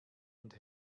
und